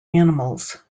animals